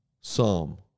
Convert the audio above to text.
Psalm